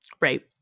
Right